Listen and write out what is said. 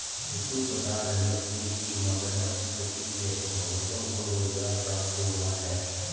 रितु बता रही थी कि मगरमच्छ खेती से बहुतों को रोजगार प्राप्त हुआ है